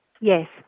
yes